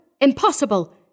Impossible